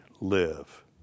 live